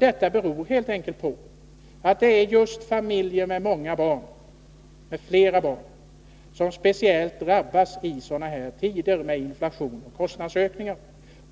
Det beror helt enkelt på att just familjer med flera barn drabbas speciellt hårt i tider med inflation och kostnadsökningar.